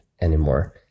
anymore